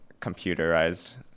computerized